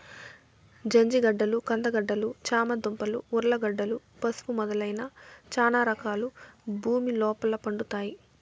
జంజిగడ్డలు, కంద గడ్డలు, చామ దుంపలు, ఉర్లగడ్డలు, పసుపు మొదలైన చానా రకాలు భూమి లోపల పండుతాయి